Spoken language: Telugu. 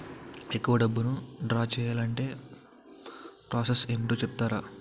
ఎక్కువ డబ్బును ద్రా చేయాలి అంటే ప్రాస సస్ ఏమిటో చెప్తారా?